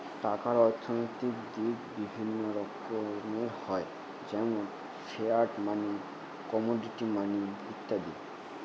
টাকার অর্থনৈতিক দিক বিভিন্ন রকমের হয় যেমন ফিয়াট মানি, কমোডিটি মানি ইত্যাদি